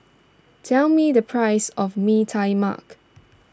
tell me the price of Mee Tai Mak